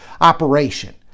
operation